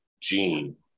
gene